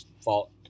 fault